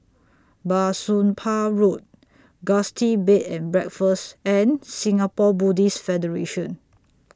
Bah Soon Pah Road Gusti Bed and Breakfast and Singapore Buddhist Federation